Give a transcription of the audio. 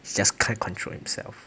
he just can't control himself